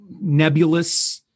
nebulous